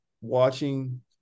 watching